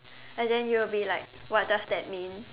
and then you'll be like what does that mean